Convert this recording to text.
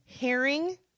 herring